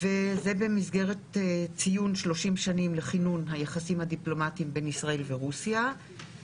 כל זה במסגרת ציון 30 שנים לכינון היחסים הדיפלומטיים בין ישראל לרוסיה.